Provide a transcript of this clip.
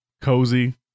cozy